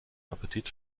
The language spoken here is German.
appetit